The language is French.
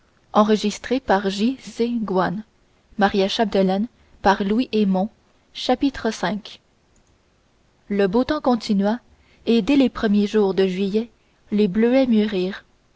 chapitre v le beau temps continua et dès les premiers jours de juillet les bleuets mûrirent